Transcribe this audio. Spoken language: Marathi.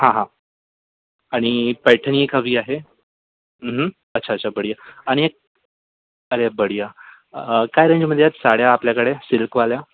हां हां आणि पैठणी एक हवी आहे हं हं अच्छा अच्छा बढिया आणि अरे बढिया काय रेंजमध्ये आहेत साड्या आपल्याकडे सिल्कवाल्या